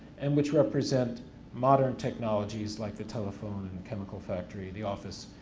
and which represent modern technologies like the telephone and chemical factory, the office,